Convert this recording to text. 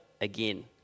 again